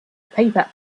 paper